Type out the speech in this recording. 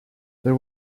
there